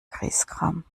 griesgram